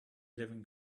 living